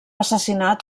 assassinat